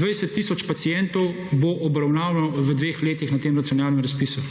20 tisoč pacientov bo obravnavano v 2 letih na tem nacionalnem razpisu.